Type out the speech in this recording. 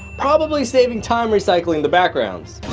probably saving time, recycling the backgrounds.